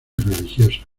religiosas